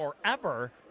forever